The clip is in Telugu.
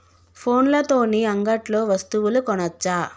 ఫోన్ల తోని అంగట్లో వస్తువులు కొనచ్చా?